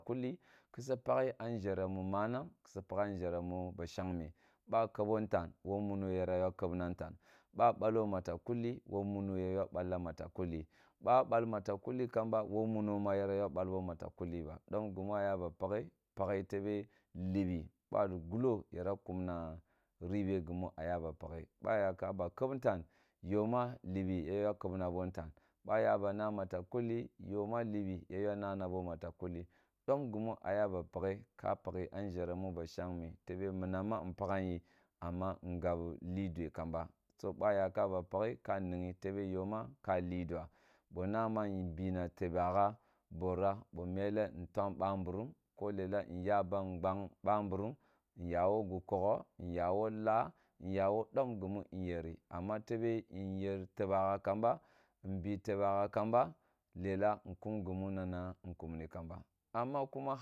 Kulli kisi pakhi a nghere mu manang kisi paljo a nʒhere mu ba shagme ba kebo ntan wo muno yara yua kebna ntan ba balo mata kuli too munoya yua balla mata kulli ba bal matakulli kamba wo muno ma yara wua bal bo matakulli ba dom gimu a ya ba pakhe pakhi tebe tebe ba gulo yara kuma ribe gimu a bapkhe ba ya kamba kelo ntan yo ma libi ya yua keb na bo ntan bo aba na mata kullo yo ma libiya yua nana bo mata kulli dongimu a ba pakhe ka pakhi a nʒhare mu ba shangme tebe minam ma npakham yi amma ngab li due kamba so bo a yaka ba pakhe ka nighi tebe yo ma ka li dua bo na ma nbi na tebe gha bora bo mele bo mele ntuam ba mburum ko ida nya ba ngbanh ba mburum nya wo gi kogho nya wo laa nya wo dom gimu nyeri amma tebe nyer tebegha kamba nbi tebegha kamba lela nkum gimu nana nyeri kamba amma kuma